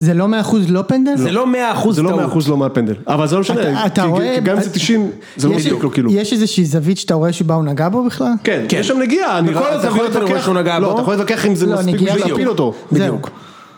זה לא מאה אחוז לא פנדל, זה לא מאה אחוז לא מאה אחוז לומר פנדל, אבל זה לא משנה, גם אם זה תשעים, זה לא בדיוק לא כאילו, יש איזה שהיא זווית שאתה רואה שבה הוא נגע בו בכלל, כן, כי אין שם נגיעה, אני רואה, אתה יכול להתווכח, אתה יכול להתווכח אם זה מספיק וזה יפיל אותו, זהו.